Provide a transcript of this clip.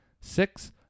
six